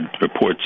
reports